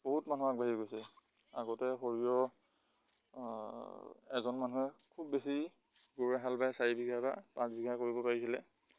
বহুত মানুহ আগবাঢ়ি গৈছে আগতে সৰিয়হ এজন মানুহে খুব বেছি গৰুৱে হাল বাই চাৰি বিঘা বা পাঁচ বিঘা কৰিব পাৰিছিলে